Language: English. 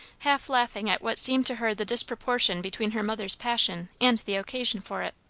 half laughing at what seemed to her the disproportion between her mother's passion and the occasion for it.